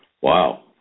Wow